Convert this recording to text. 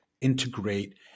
integrate